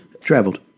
traveled